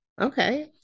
okay